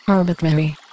Arbitrary